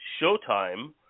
Showtime